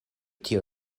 tio